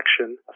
action